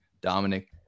Dominic